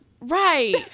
Right